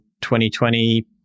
2020